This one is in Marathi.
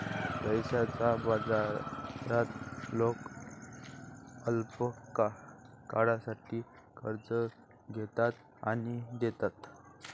पैशाच्या बाजारात लोक अल्पकाळासाठी कर्ज घेतात आणि देतात